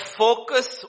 focus